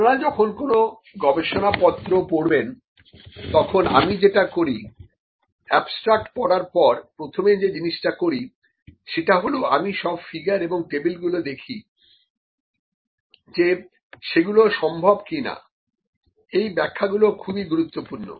আপনারা যখন কোনো গবেষণা পত্র পড়বেন তখন আমি যেটা করি অ্যাবস্ট্রাক্ট পড়ার পর প্রথম যে জিনিষটা করি সেটা হলো আমি সব ফিগার এবং টেবিল গুলো দেখি যে সেগুলো সম্ভব কিনা এই ব্যাখ্যা গুলো খুবই গুরুত্বপূর্ণ